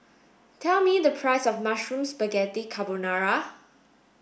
tell me the price of Mushroom Spaghetti Carbonara